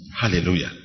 Hallelujah